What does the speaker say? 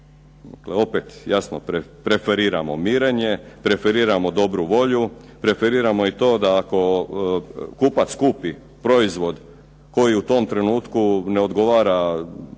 opet jasno preferiramo mirenje, preferiramo dobru volju, preferiramo i to da ako kupac kupi proizvod koji u tom trenutku ne odgovara,